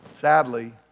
sadly